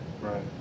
Right